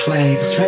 Waves